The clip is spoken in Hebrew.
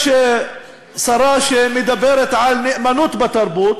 יש שרה שמדברת על נאמנות בתרבות,